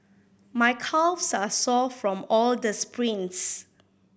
my calves are sore from all the sprints